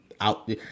out